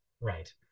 Right